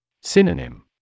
Synonym